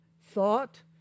thought